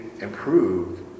improved